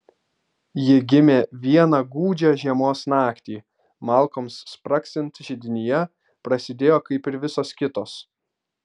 ji gimė vieną gūdžią žiemos naktį malkoms spragsint židinyje prasidėjo kaip ir visos kitos